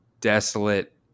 desolate